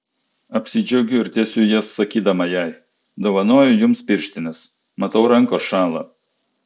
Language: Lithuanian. apsidžiaugiu ir tiesiu jas sakydama jai dovanoju jums pirštines matau rankos šąla